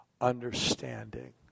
understanding